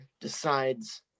decides